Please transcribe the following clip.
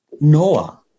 Noah